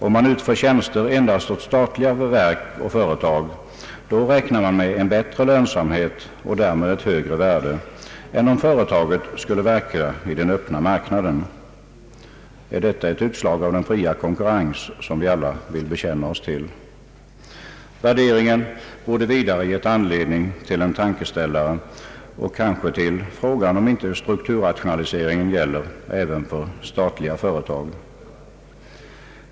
Om det utför tjänster endast åt statliga verk och företag räknar man med en bättre lönsamhet och därmed ett högre värde än om företaget skulle verka i den öppna marknaden. Är detta ett utslag av den fria konkurrens som vi alla vill bekänna oss till? Värderingen borde vidare ha givit anledning till en tankeställare och kanske till frågan, om inte strukturrationaliseringen gäller även statliga företag.